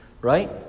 right